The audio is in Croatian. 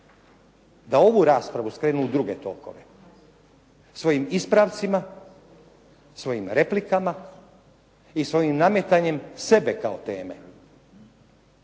da ovu raspravu skrenu u druge tokove svojim ispravcima, svojim replikama i svojim nametanjem sebe kao teme.